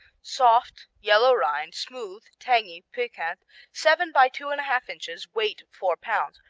soft yellow rind smooth tangy piquant seven by two-and-a-half inches, weight four pounds.